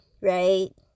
Right